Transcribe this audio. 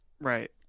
Right